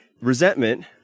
Resentment